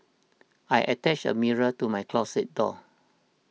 I attached a mirror to my closet door